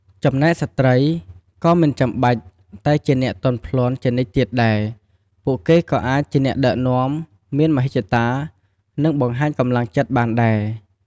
ចំណែកស្ត្រី ក៏មិនចាំបាច់តែជាអ្នកទន់ភ្លន់ជានិច្ចទៀតដែរ ពួកគេក៏អាចជាអ្នកដឹកនាំ មានមហិច្ឆតា និងបង្ហាញកម្លាំងចិត្តបានដែរ។